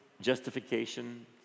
justification